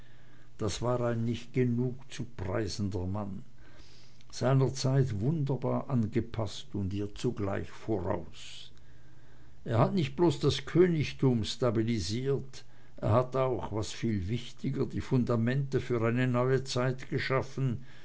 das war ein nicht genug zu preisender mann seiner zeit wunderbar angepaßt und ihr zugleich voraus er hat nicht bloß das königtum stabiliert er hat auch was viel wichtiger die fundamente für eine neue zeit geschaffen